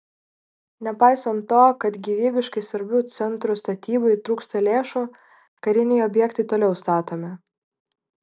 nepaisant to kad gyvybiškai svarbių centrų statybai trūksta lėšų kariniai objektai toliau statomi